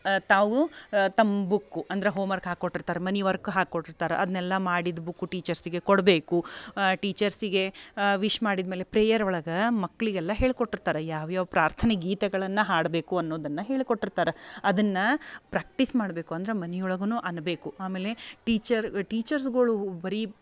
ತಾವು ತಮ್ಮ ಬುಕ್ಕು ಅಂದ್ರೆ ಹೋಮ್ವರ್ಕ್ ಹಾಕೊಟ್ಟಿರ್ತಾರೆ ಮನೆ ವರ್ಕ್ ಹಾಕೊಟ್ಟಿರ್ತಾರೆ ಅದ್ನನೆಲ್ಲ ಮಾಡಿದ ಬುಕ್ಕು ಟೀಚರ್ಸ್ಗೆ ಕೊಡಬೇಕು ಟೀಚರ್ಸ್ಗೆ ವಿಶ್ ಮಾಡಿದ್ಮೇಲೆ ಪ್ರೇಯರ್ ಒಳಗೆ ಮಕ್ಕಳಿಗೆಲ್ಲ ಹೇಳ್ಕೊಟ್ಟಿರ್ತಾರೆ ಯಾವ್ಯಾವ ಪ್ರಾರ್ಥನೆ ಗೀತೆಗಳನ್ನು ಹಾಡಬೇಕು ಅನ್ನೋದನ್ನು ಹೇಳ್ಕೊಟ್ಟಿರ್ತಾರೆ ಅದನ್ನ ಪ್ರಾಕ್ಟೀಸ್ ಮಾಡಬೇಕು ಅಂದ್ರೆ ಮನೆ ಒಳಗೂ ಅನ್ಬೇಕು ಆಮೇಲೆ ಟೀಚರ್ ಟೀಚರ್ಸ್ಗಳು ಬರಿ